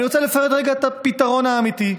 אני רוצה לציין רגע את הפתרון האמיתי,